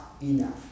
enough